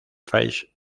face